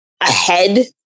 ahead